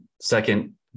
second